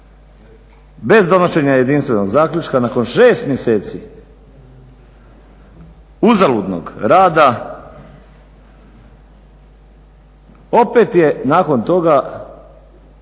bez donošenja jedinstvenog zaključka nakon 6 mjeseci uzaludnog rada opet je nakon toga